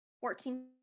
fourteen